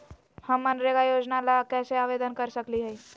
हम मनरेगा योजना ला कैसे आवेदन कर सकली हई?